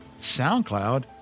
SoundCloud